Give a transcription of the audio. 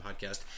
podcast